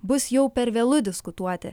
bus jau per vėlu diskutuoti